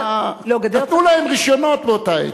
נתנו להם רשיונות באותה עת.